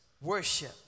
worship